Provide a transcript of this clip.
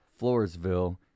Floresville